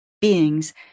beings